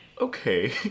okay